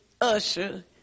usher